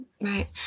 right